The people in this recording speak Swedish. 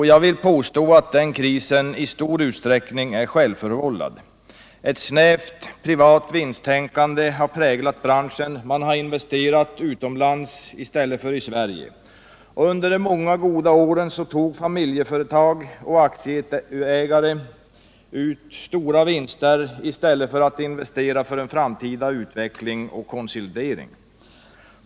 Jag vill påstå att den krisen i stor utsträckning är självförvållad. Ett snävt privat vinsttänkande har präglat branschen. Man har investerat utomlands i stället för i Sverige. Under de många goda åren tog familjeföretag och aktieägare ut stora vinster i stället för att investera för en framtida utveckling och konsolidering.